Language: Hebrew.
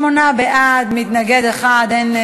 שמונה בעד, מתנגד אחד.